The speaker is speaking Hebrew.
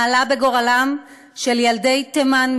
מה עלה בגורלם של ילדי תימן,